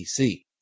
PC